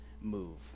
MOVE